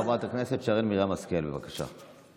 חברת הכנסת שרן מרים השכל, בבקשה.